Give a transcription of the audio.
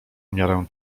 miarę